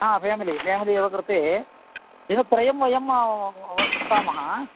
हा family family एव कृते दिनत्रयं वयं वसामः